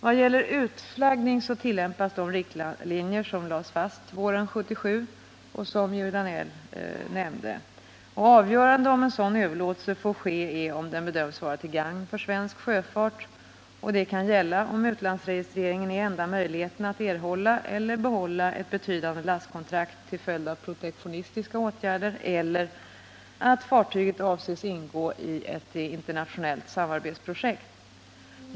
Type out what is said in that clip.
Vad gäller utflaggning tillämpas de riktlinjer som lades fast våren 1977 med dåvarande kommunikationsministern Bo Turesson som föredragande. Avgörande för om en sådan överlåtelse får ske är om den bedöms vara till gagn för svensk sjöfart. Det kan gälla om utlandsregistreringen är enda möjligheten att erhålla eller behålla ett betydande lastkontrakt till följd av protektionistiska åtgärder eller att fartyget avses ingå i ett internationellt samarbetsprojekt.